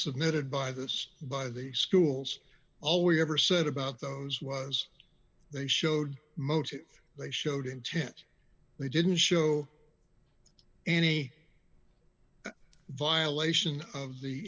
submitted by this by the schools all we ever said about those was they showed motive they showed intent they didn't show any violation of the